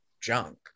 junk